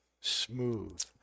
smooth